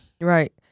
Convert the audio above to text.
Right